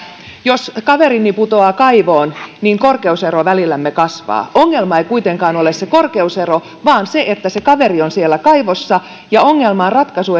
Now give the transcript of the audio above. jos kaverini putoaa kaivoon niin korkeusero välillämme kasvaa ongelma ei kuitenkaan ole se korkeusero vaan se että se kaveri on siellä kaivossa ja ongelman ratkaisu